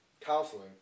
Counseling